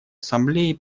ассамблее